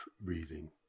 breathing